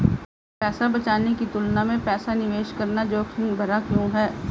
पैसा बचाने की तुलना में पैसा निवेश करना जोखिम भरा क्यों है?